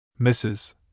Mrs